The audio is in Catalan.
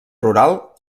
rural